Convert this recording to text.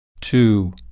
two